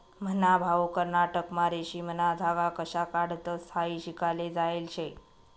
मन्हा भाऊ कर्नाटकमा रेशीमना धागा कशा काढतंस हायी शिकाले जायेल शे